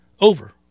Over